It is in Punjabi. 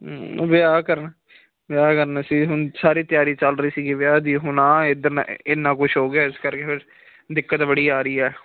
ਉਹ ਵਿਆਹ ਕਰਨ ਵਿਆਹ ਕਰਨਾ ਸੀ ਹੁਣ ਸਾਰੀ ਤਿਆਰੀ ਚੱਲ ਰਹੀ ਸੀਗੀ ਵਿਆਹ ਦੀ ਹੁਣ ਆ ਇੱਧਰ ਨਾ ਇੰਨਾ ਕੁਛ ਹੋ ਗਿਆ ਇਸ ਕਰਕੇ ਫਿਰ ਦਿੱਕਤ ਬੜੀ ਆ ਰਹੀ ਆ